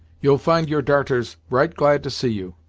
you'll find your darters right glad to see you,